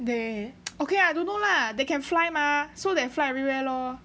they okay I don't know lah they can fly mah so they fly everywhere lor